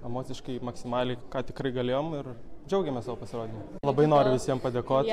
emociškai maksimaliai ką tikrai galėjom ir džiaugiamės savo pasirodymu labai noriu visiems padėkot